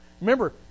Remember